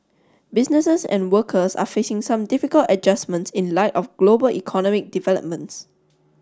businesses and workers are facing some difficult adjustments in light of global economic developments